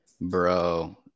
bro